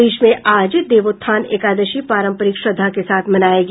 प्रदेश में आज देवोत्थान एकादशी पारम्परिक श्रद्धा के साथ मनाया गया